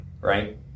right